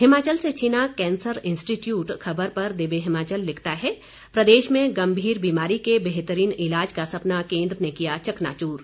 हिमाचल से छिना cancer institute खबर पर दिव्य हिमाचल लिखता है प्रदेश में गंभीर बीमारी के बेहतरीन इलाज का सपना केन्द्र ने किया चकनाचूर